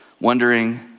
wondering